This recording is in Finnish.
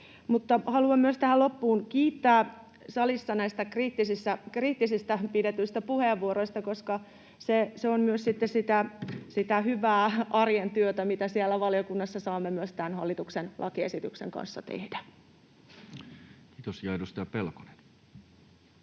Haluan tähän loppuun myös kiittää näistä salissa pidetyistä kriittisistä puheenvuoroista, koska se on myös sitä hyvää arjen työtä, mitä siellä valiokunnassa saamme myös tämän hallituksen lakiesityksen kanssa tehdä. Kiitos. — Ja edustaja Pelkonen.